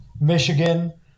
michigan